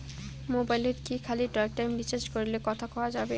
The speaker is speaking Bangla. মোবাইলত কি খালি টকটাইম রিচার্জ করিলে কথা কয়া যাবে?